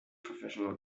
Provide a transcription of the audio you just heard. professional